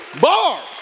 Bars